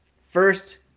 First